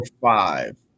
five